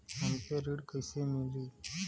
हमके ऋण कईसे मिली?